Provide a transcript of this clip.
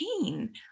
pain